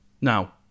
Now